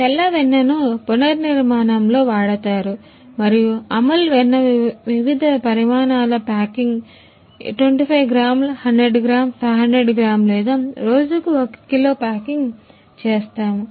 తెల్ల వెన్న ను పునర్నిర్మాణంలో వాడతారు మరియు అముల్ వెన్న వివిధ పరిమాణాల ప్యాకింగ్ 25 గ్రాముల 100 గ్రాములు 500 గ్రాము లేదా రోజుకు 1 కిలోల ప్యాకింగ్ చేస్తాము